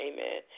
Amen